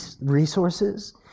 resources